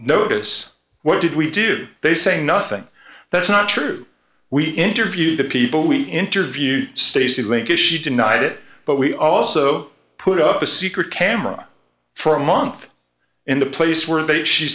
notice what did we do they say nothing that's not true we interviewed the people we interviewed stacy link if she denied it but we also put up a secret camera for a month in the place where they she